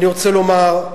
אני רוצה לומר,